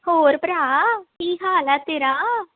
ਹੋਰ ਭਰਾ ਕੀ ਹਾਲ ਆ ਤੇਰਾ